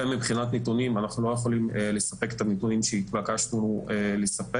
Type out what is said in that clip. מבחינת נתונים אנחנו לא יכולים לספק את הנתונים שהתבקשנו לספק.